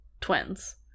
twins